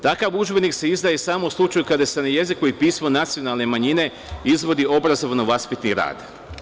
Takav udžbenik se izdaje samo u slučaju kada se na jeziku i pismu nacionalne manjine izvodi obrazovno vaspitni rad.